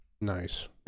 Nice